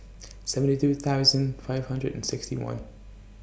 seventy two thousand five hundred and sixty one